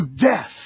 death